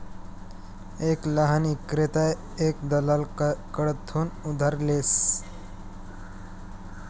एक लहान ईक्रेता एक दलाल कडथून उधार लेस